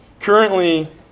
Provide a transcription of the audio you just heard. Currently